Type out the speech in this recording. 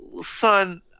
son